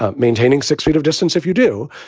ah maintaining six feet of distance, if you do,